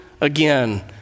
again